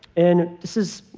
and this is, you